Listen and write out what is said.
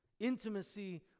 Intimacy